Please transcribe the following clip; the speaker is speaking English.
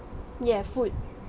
yeah food